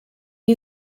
you